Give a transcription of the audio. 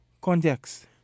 Context